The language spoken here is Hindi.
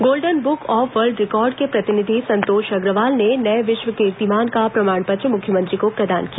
golden book of world record के प्रतिनिधि संतोष अग्रवाल ने नये विश्व कीर्तिमान का प्रमाण पत्र मुख्यमंत्री को प्रदान किया